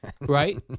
Right